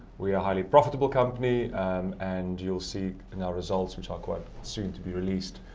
we are a highly profitable company and you'll see in our results which are quite soon to be released,